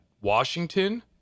Washington